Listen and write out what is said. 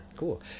Cool